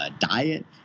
diet